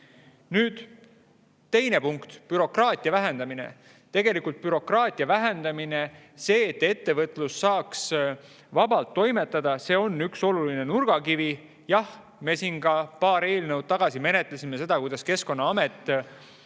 Nüüd teine punkt: bürokraatia vähendamine. Bürokraatia vähendamine, see, et ettevõtlus saaks vabalt toimetada, on üks oluline nurgakivi. Jah, me siin paar eelnõu tagasi menetlesime seda, kuidas Keskkonnaamet